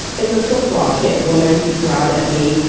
it's a football kit. woman, he growled at me.